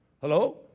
Hello